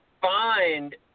find